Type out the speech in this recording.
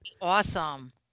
Awesome